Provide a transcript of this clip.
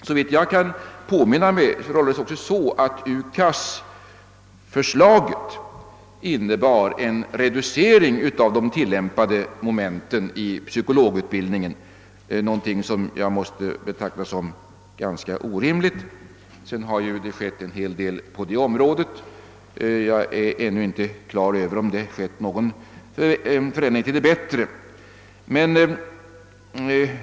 Såvitt jag kan påminna mig förhåller det sig så, att förslaget enligt UKAS innebar en reducering av de tillämpade momenten i psykologutbildningen — något som jag måste betrakta som ganska orimligt. Sedan har det skett en hel del här; jag är ännu inte på det klara med om det skett en förändring till det bättre.